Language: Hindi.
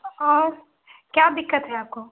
क्या दिक्कत है आपको